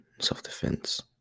self-defense